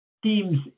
teams